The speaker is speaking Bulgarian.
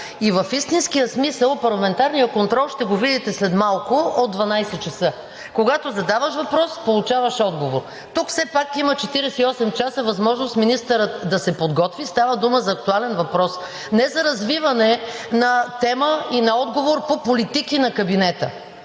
и в истинския смисъл на парламентарния контрол ще видите след малко от 12,00 ч. – когато задаваш въпрос, получаваш отговор. Тук все пак има 48 часа възможност министърът да се подготви. Става дума за актуален въпрос, а не за развиване на тема и на отговор по политики на кабинета.